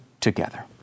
together